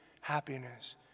happiness